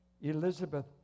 Elizabeth